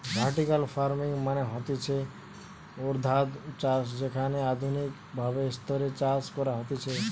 vertical farming মানে হতিছে ঊর্ধ্বাধ চাষ যেখানে আধুনিক ভাবে স্তরে চাষ করা হতিছে